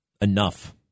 Enough